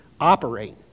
operate